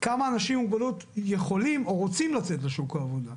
כמה אנשים עם מוגבלות יכולים או רוצים לצאת לשוק העבודה.